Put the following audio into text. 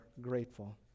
grateful